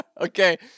Okay